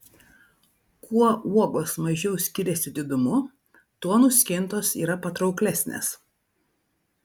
kuo uogos mažiau skiriasi didumu tuo nuskintos yra patrauklesnės